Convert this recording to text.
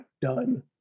done